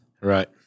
Right